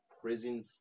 prison